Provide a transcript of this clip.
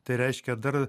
tai reiškia dar